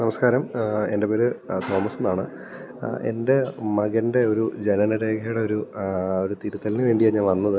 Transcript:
നമസ്കാരം എൻറ്റെ പേര് തോമസ് എന്നാണ് എൻറ്റെ മകൻറ്റെ ഒരു ജനന രേഖയുടെ ഒരു ഒരു തീരുത്തലിനു വേണ്ടിയാണ് ഞാൻ വന്നത്